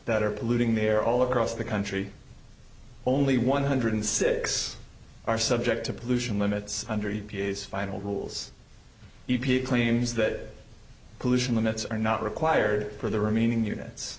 that are polluting the air all across the country only one hundred six are subject to pollution limits under u p s final rules e p a claims that pollution limits are not required for the remaining units